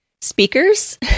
speakers